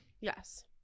yes